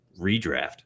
redraft